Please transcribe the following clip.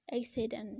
accident